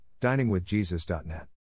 diningwithjesus.net